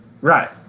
right